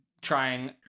trying